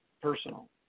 personal